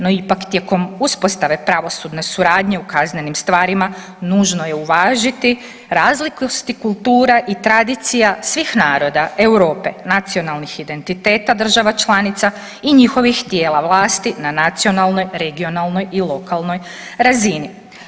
No, ipak tijekom uspostave pravosudne suradnje u kaznenim stvarima, nužno je uvažiti razlikosti kultura i tradicija svih naroda Europe, nacionalnih identiteta država članica i njihovih tijela vlasti na nacionalnoj, regionalnoj i lokalnoj razini.